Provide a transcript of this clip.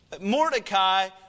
Mordecai